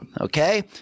Okay